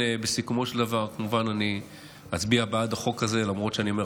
בסיכומו של דבר כמובן אצביע בעד החוק הזה למרות שאני אומר,